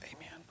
Amen